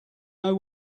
know